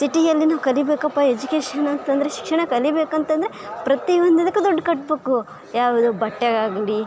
ಸಿಟಿಯಲ್ಲಿ ನಾವು ಕಲಿಬೇಕಪ್ಪ ಎಜುಕೇಶನ್ ಅಂತಂದರೆ ಶಿಕ್ಷಣ ಕಲಿ ಬೇಕಂತ್ತಂದರೆ ಪ್ರತಿಯೊಂದದಕ್ಕು ದುಡ್ಡು ಕಟ್ಟಬೇಕು ಯಾವ್ದು ಬಟ್ಟೆಗಾಗಲಿ